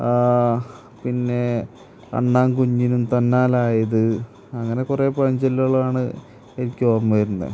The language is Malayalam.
പിന്നെ അണ്ണാൻ കുഞ്ഞിനും തന്നാലായത് അങ്ങനെ കുറേ പഴഞ്ചൊല്ലുകളാണ് എനിക്ക് ഓർമ്മവരുന്നത്